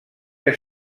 que